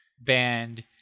band